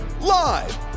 live